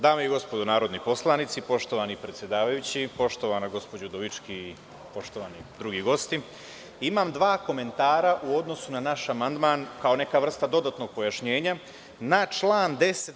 Dame i gospodo narodni poslanici, poštovani predsedavajući, poštovana gospođo Udovički i poštovani drugi gosti, imam dva komentara u odnosu na naš amandman, kao neka vrsta dodatnog pojašnjenja na član 10.